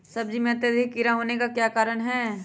सब्जी में अत्यधिक कीड़ा होने का क्या कारण हैं?